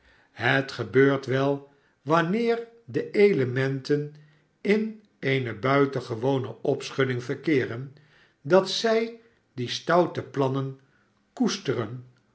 het gebeurt wel wanneer de elementen in eene buitengewone opschudding verkeeren dat zij die stoute plannen koesteren